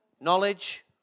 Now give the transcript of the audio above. knowledge